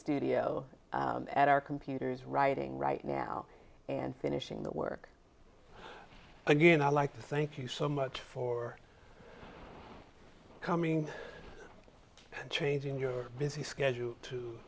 studio at our computers writing right now and finishing the work again i'd like to thank you so much for coming and changing your busy schedule to